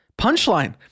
punchline